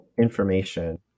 information